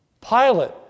Pilate